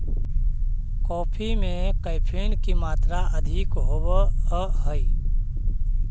coffee में caffeine की मात्रा अधिक होवअ हई